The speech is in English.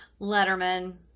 Letterman